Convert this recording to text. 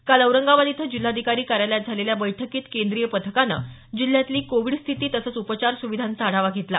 काल औरंगाबाद इथं जिल्हाधिकारी कार्यालयात झालेल्या बैठकीत केंद्रीय पथकाने जिल्ह्यातली कोविड स्थिती तसंच उपचार सुविधांचा आढावा घेतला